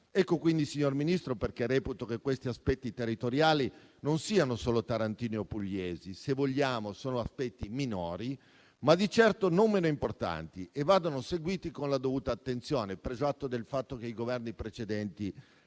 Ecco quindi, signor Ministro, perché reputo che questi aspetti territoriali non siano solo tarantini o pugliesi, ma che, sebbene siano forse aspetti minori, di certo non siano meno importanti e che vadano seguiti con la dovuta attenzione, preso atto del fatto che i Governi precedenti